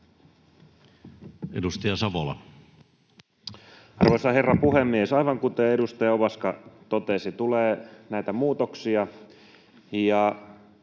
Content: Arvoisa herra puhemies! Aivan kuten edustaja Ovaska totesi, tulee näitä muutoksia,